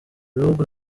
bihugu